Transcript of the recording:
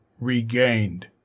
regained